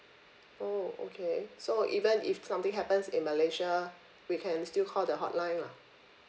oh okay so even if something happens in malaysia lah we can still call the hotline lah